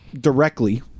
Directly